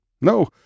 No